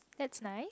that's nice